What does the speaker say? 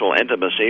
intimacy